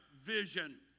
vision